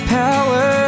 power